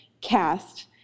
cast